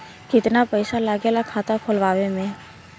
कितना पैसा लागेला खाता खोलवावे में?